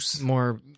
more